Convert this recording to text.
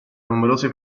numerose